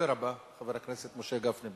חבר הכנסת משה גפני.